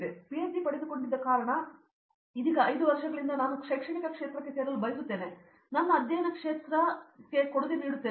ನಾನು ಪಿಎಚ್ಡಿ ಪಡೆದುಕೊಂಡಿದ್ದ ಕಾರಣ ಇದೀಗ 5 ವರ್ಷಗಳಿಂದ ನಾನು ಶೈಕ್ಷಣಿಕ ಕ್ಷೇತ್ರದಲ್ಲಿ ಸೇರಲು ಬಯಸುತ್ತೇನೆ ಮತ್ತು ನನ್ನ ಅಧ್ಯಯನ ಕ್ಷೇತ್ರಕ್ಕೆ ಕೊಡುಗೆ ನೀಡುತ್ತೇನೆ